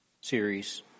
series